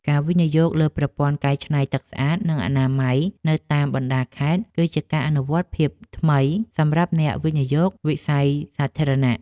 ការវិនិយោគលើប្រព័ន្ធកែច្នៃទឹកស្អាត និងអនាម័យនៅតាមបណ្តាខេត្តគឺជាការអនុវត្តភាពថ្មីសម្រាប់អ្នកវិនិយោគវិស័យសាធារណៈ។